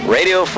Radio